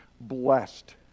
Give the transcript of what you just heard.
blessed